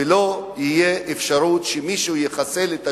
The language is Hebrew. ולא תהיה אפשרות שמישהו יחסל את השני.